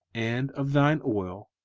and of thine oil,